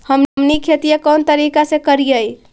हमनी खेतीया कोन तरीका से करीय?